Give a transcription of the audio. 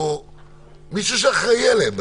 או - מישהו שאחראי עליהם בסוף.